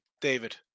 David